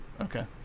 Okay